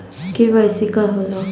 KYC का होला?